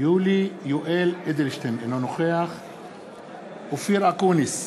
יולי יואל אדלשטיין, אינו נוכח אופיר אקוניס,